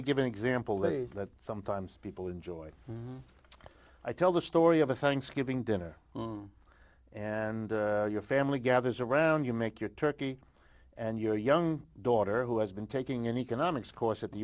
me give an example that is that sometimes people enjoy i tell the story of a thanksgiving dinner and your family gathers around you make your turkey and your young daughter who has been taking an economics course at the